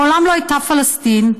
מעולם לא הייתה פלסטין,